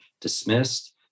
dismissed